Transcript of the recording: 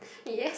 yes